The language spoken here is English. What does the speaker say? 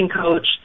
coach